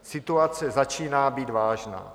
Situace začíná být vážná.